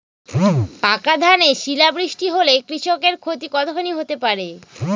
পাকা ধানে শিলা বৃষ্টি হলে কৃষকের ক্ষতি কতখানি হতে পারে?